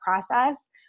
process